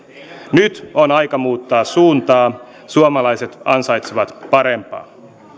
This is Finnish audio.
nyt on aika muuttaa suuntaa suomalaiset ansaitsevat parempaa